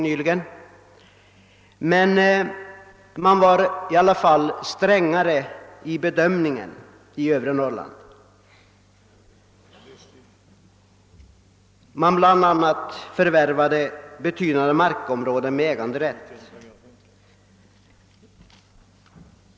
Bedömningen kan också ha varit strängare i övre Norrland beträffande de förvärv försvaret gjorde vid köp av betydande markområden med äganderätt.